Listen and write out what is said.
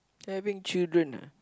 having children ah